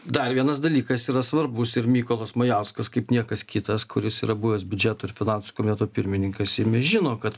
dar vienas dalykas yra svarbus ir mykolas majauskas kaip niekas kitas kuris yra buvęs biudžeto ir finansų komiteto pirmininkas žino kad